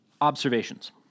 Observations